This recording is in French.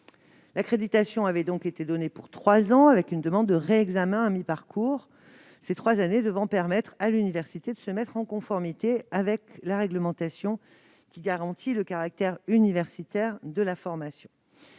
L'accréditation avait par conséquent été donnée pour trois ans et assortie d'une demande de réexamen à mi-parcours ; ces trois années devaient permettre à l'université de se mettre en conformité avec la réglementation, en garantissant le caractère universitaire de la formation.